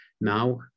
now